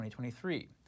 2023